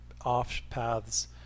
off-paths